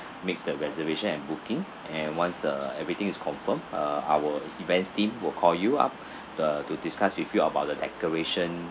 make the reservation and booking and once uh everything is confirmed uh our events team will call you up the to discuss with you about the decoration